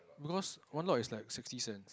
because one lot is like sixty cents